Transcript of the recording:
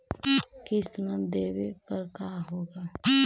किस्त न देबे पर का होगा?